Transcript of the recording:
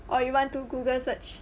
or you want to google search